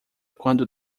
quando